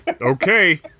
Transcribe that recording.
Okay